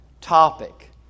topic